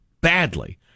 badly